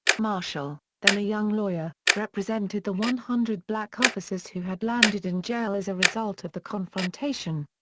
marshall, then a young lawyer, represented the one hundred black officers who had landed in jail as a result of the confrontation.